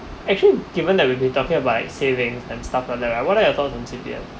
actually given that we been talking about saving and stuff on that right what are your thoughts on C_P_F